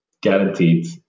Guaranteed